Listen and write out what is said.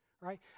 right